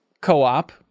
co-op